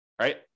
right